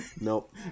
Nope